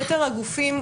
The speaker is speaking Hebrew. יתר הגופים,